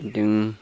दों